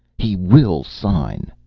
he will sign!